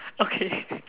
okay